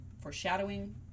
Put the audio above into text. foreshadowing